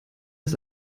ist